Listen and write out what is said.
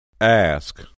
Ask